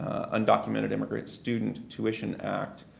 undocumented immigrant student tuition act,